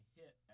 hit